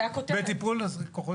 בבקשה.